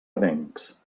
avencs